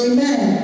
Amen